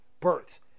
births